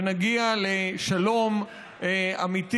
ונגיע לשלום אמיתי